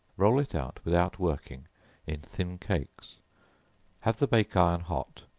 roll it out without working in thin cakes have the bake-iron hot,